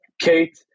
Kate